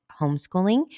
homeschooling